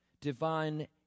divine